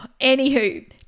Anywho